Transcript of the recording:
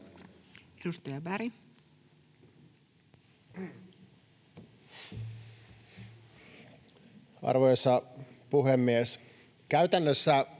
Edustaja Kulmuni. Arvoisa puhemies!